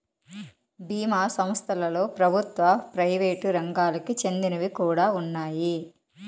బీమా సంస్థలలో ప్రభుత్వ, ప్రైవేట్ రంగాలకి చెందినవి కూడా ఉన్నాయి